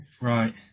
Right